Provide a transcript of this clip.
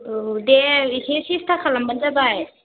औ दे एसे सेस्था खालामब्लानो जाबाय